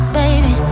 baby